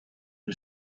who